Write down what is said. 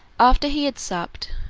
after he had supped,